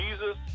Jesus